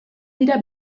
dira